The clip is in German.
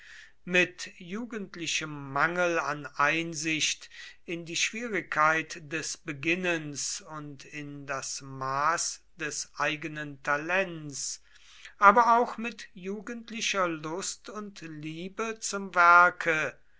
mit jugendlichem mangel an einsicht in die schwierigkeit des beginnens und in das maß des eigenen talents aber auch mit jugendlicher lust und liebe zum werke